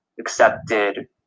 accepted